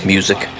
Music